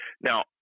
Now